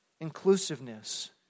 inclusiveness